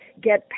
get